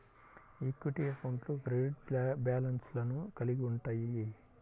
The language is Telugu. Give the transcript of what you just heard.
ఈక్విటీ అకౌంట్లు క్రెడిట్ బ్యాలెన్స్లను కలిగి ఉంటయ్యి